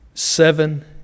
Seven